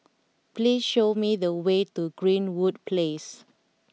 please show me the way to Greenwood Place